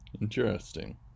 Interesting